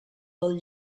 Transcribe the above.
del